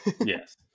Yes